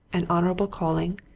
an honourable calling,